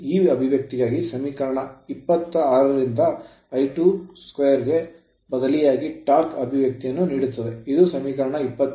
ಈ ಅಭಿವ್ಯಕ್ತಿಗೆ ಸಮೀಕರಣ 26 ರಿಂದ I2'2 ಗೆ ಬದಲಿಯಾಗಿ torque ಟಾರ್ಕ್ ಅಭಿವ್ಯಕ್ತಿಯನ್ನು ನೀಡುತ್ತದೆ ಇದು ಸಮೀಕರಣ 27